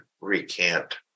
recant